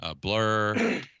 Blur